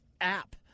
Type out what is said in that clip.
app